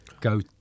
Go